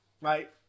right